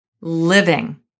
living